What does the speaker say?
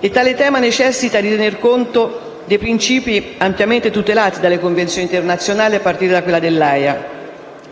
È un tema che necessita di tener conto dei principi ampiamente tutelati dalle convenzioni internazionali, a partire da quella dell'Aja.